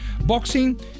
Boxing